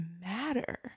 matter